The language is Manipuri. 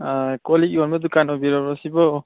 ꯑꯥ ꯀꯣꯜ ꯂꯤꯛ ꯌꯣꯟꯕ ꯗꯨꯀꯥꯟ ꯑꯣꯏꯕꯤꯔꯕ꯭ꯔꯣ ꯁꯤꯕꯣ